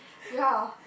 ya